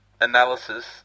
analysis